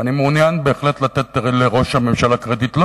ואני מעוניין בהחלט לתת לראש הממשלה קרדיט,